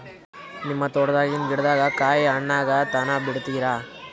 ನಿಮ್ಮ ತೋಟದಾಗಿನ್ ಗಿಡದಾಗ ಕಾಯಿ ಹಣ್ಣಾಗ ತನಾ ಬಿಡತೀರ?